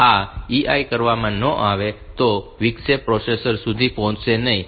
તેથી જો આ EI કરવામાં ન આવે તો આ વિક્ષેપ પ્રોસેસર સુધી પહોંચશે નહીં